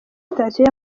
sitasiyo